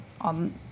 on